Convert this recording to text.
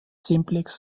simplex